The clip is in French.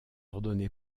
ordonné